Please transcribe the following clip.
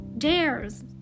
dares